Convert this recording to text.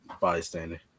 bystander